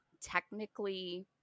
technically